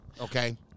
Okay